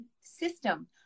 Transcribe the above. system